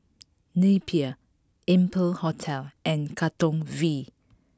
Napier Amber Hotel and Katong V